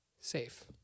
Safe